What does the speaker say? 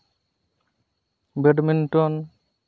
badminton